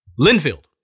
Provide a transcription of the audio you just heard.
Linfield